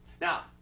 Now